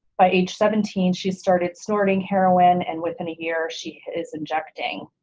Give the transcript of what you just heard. by age seventeen she started snorting heroin and within a year she is injecting.